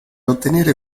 ottenere